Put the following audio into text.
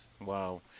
Wow